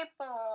People